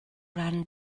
ran